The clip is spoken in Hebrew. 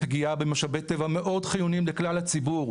פגיעה במשאבי טבע אוד חיוניים לכלל הציבור.